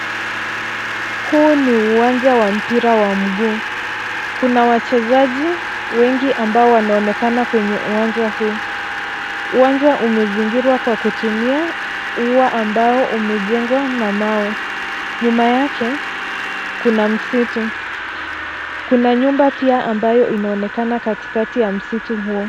Huu ni uwanja wa mpira wa mguu, kuna wachezaji wengi ambao wanaonekana kwenye uwanja huu. Uwanja umezingirwa kwa kutumia ua ambao umejengwa na mawe. Nyuma yake kuna msitu. Kuna nyumba pia inaonekana katikati ya msitu huo.